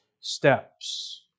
steps